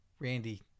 Randy